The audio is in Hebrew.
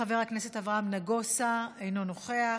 חבר הכנסת אברהם נגוסה, אינו נוכח.